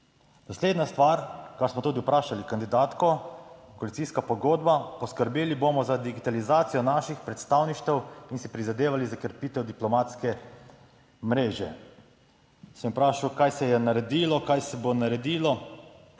Naslednja stvar kar smo tudi vprašali kandidatko, koalicijska pogodba: "Poskrbeli bomo za digitalizacijo naših predstavništev in si prizadevali za krepitev diplomatske mreže." Sem vprašal, kaj se je naredilo, kaj se bo naredilo?